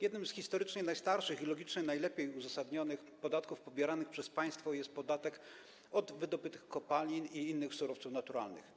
Jednym z historycznie najstarszych i logicznie najlepiej uzasadnionych podatków pobieranych przez państwo jest podatek od wydobytych kopalin i innych surowców naturalnych.